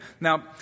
Now